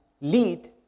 lead